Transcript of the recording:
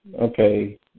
okay